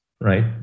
right